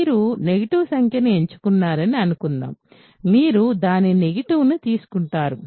మీరు నెగిటివ్ సంఖ్యను ఎంచుకున్నారని అనుకుందాం మీరు దాని నెగిటివ్ ను తీసుకుంటారు